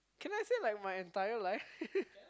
can I say like my entire life